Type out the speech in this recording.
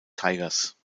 tigers